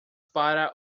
para